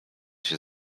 się